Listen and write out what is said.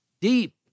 Deep